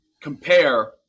compare